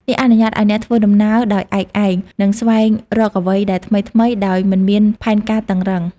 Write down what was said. នេះអនុញ្ញាតឱ្យអ្នកធ្វើដំណើរដោយឯកឯង និងស្វែងរកអ្វីដែលថ្មីៗដោយមិនមានផែនការតឹងរ៉ឹង។